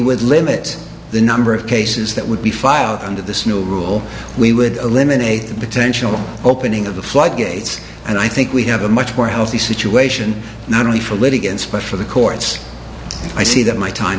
would limit the amber of cases that would be filed under this new rule we would eliminate the potential opening of the floodgates and i think we have a much more healthy situation not only for litigants but for the courts i see that my time